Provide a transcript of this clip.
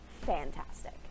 fantastic